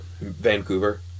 Vancouver